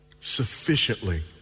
Sufficiently